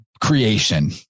creation